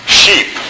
sheep